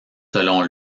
selon